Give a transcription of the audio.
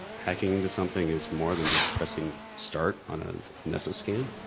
hacking into something is more than just pressing start on a nessus scan,